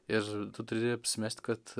ir tu turi apsimest kad